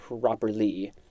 properly